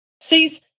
sees